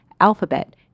Alphabet